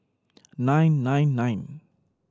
nine nine nine